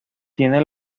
tiene